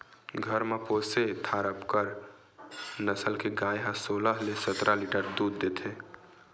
घर म पोसे थारपकर नसल के गाय ह सोलह ले सतरा लीटर दूद देथे